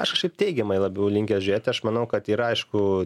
aš kažkaip teigiamai labiau linkęs žiūrėti aš manau kad yra aišku